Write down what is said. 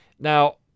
Now